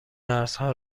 مرزها